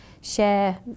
share